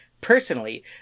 personally